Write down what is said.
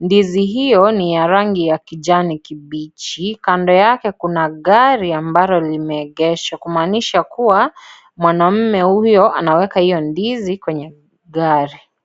Ndizi hiyo ni ya rangi ya kijani kibichi. Kando yake kuna gari ambalo limeegeshwa kumaanisha kuwa mwanamme huyo anaweka ndizi kwenye gari.